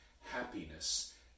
happiness